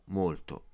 molto